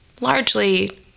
largely